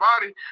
body